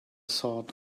thought